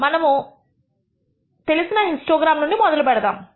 మనము మనకు తెలిసిన హిస్టోగ్రాం నుండి మొదలు పెడదాము